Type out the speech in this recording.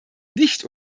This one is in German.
nicht